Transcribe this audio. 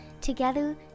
Together